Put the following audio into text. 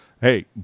Hey